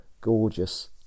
gorgeous